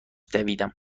دویدم